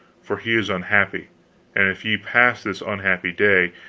for he is unhappy and if ye pass this unhappy day,